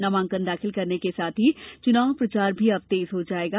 नामांकन दाखिल करने के साथ ही चुनाव प्रचार भी अब तेज हो जाएगा